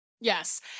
Yes